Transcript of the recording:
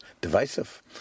divisive